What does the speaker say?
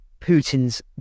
Putin's